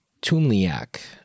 Tumliak